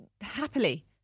happily